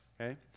Okay